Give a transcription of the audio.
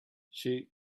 she